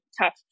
tough